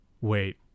Wait